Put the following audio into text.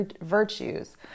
virtues